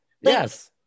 yes